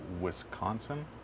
Wisconsin